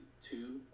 two